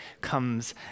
comes